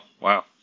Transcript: wow